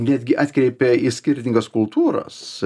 netgi atkreipia į skirtingas kultūras